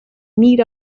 meet